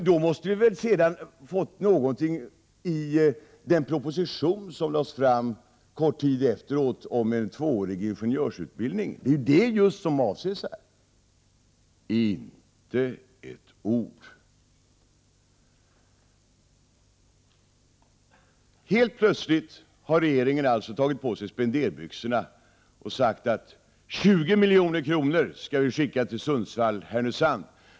Då måste det väl ha framkommit något i den proposition som lades fram en kort tid senare om en tvåårig ingenjörsutbildning? Det är ju just den utbildningen som avses. Inte ett ord! Helt plötsligt har alltså regeringen tagit på sig spenderbyxorna och sagt att 20 milj.kr. skall skickas till Sundsvall/Härnösand.